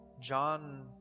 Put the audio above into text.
John